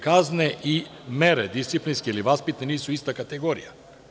Kazne i mere disciplinske ili vaspitne nisu ista kategorija.